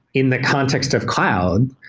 in the context of cloud,